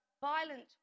violent